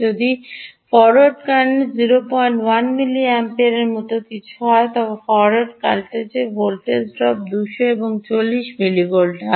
যদি forward current 01 মিলিমিপিয়ারের মতো কিছু হয় তবে ফরওয়ার্ড ভোল্টেজ ড্রপ 200 এবং 40 মিলিভোল্ট হয়